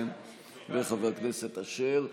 חבר הכנסת אשר,